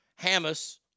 Hamas